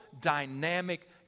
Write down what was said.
dynamic